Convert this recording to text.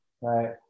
right